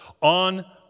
on